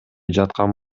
жаткан